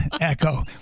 Echo